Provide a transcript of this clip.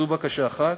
זו בקשה אחת.